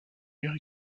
murs